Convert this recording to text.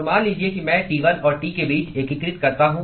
तो मान लीजिए कि मैं T1 और T के बीच एकीकृत करता हूं